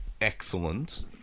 excellent